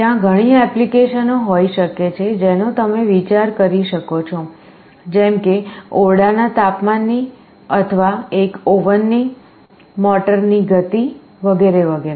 ત્યાં ઘણી એપ્લિકેશનો હોઈ શકે છે જેનો તમે વિચાર કરી શકો છો જેમ કે ઓરડાના તાપમાનની અથવા એક ઓવન ની મોટરની ગતિ વગેરે વગેરે